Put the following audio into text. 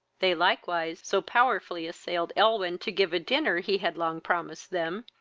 they likewise so powerfully assailed elwyn to give a dinner he had long promised them,